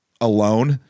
alone